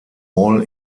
all